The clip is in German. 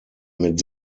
mit